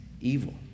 evil